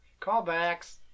Callbacks